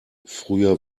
früher